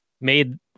made